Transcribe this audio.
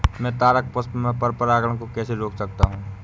मैं तारक पुष्प में पर परागण को कैसे रोक सकता हूँ?